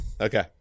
Okay